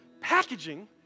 packaging